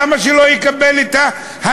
למה שלא יקבל את ההנחה?